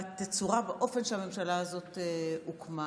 בצורה, באופן שהממשלה הזאת הוקמה.